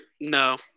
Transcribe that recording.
No